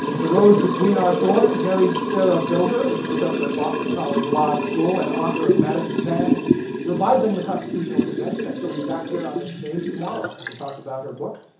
the rose between our thorns, mary sarah bilder, a professor at boston college law school and author of madison's hand revising the constitutional convention. and she'll be back here on this stage tomorrow to talk about her book.